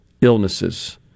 illnesses